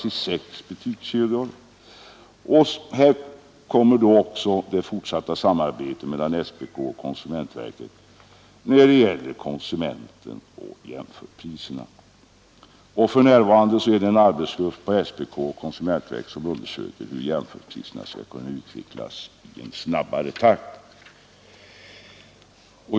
Här kommer också in det fortsatta samarbetet mellan SPK och konsumentverket när det gäller konsumenten och jämförpriserna. För närvarande finns det en grupp på SPK och konsumentverket som undersöker hur systemet med jämförpriserna skall kunna utvecklas i snabbare takt.